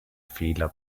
fehler